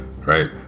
right